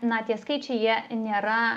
na tie skaičiai jie nėra